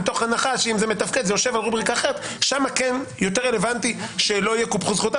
אבל במקרה הזה זה כן יותר רלוונטי שלא יקופחו זכויותיו,